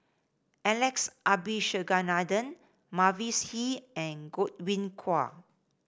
Alex Abisheganaden Mavis Hee and Godwin Koay